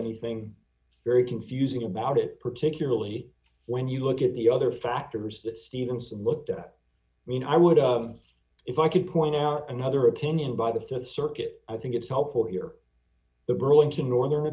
anything very confusing about it particularly when you look at the other factors that stevenson looked at i mean i would if i could point out another opinion by the th circuit i think it's helpful here the burlington northern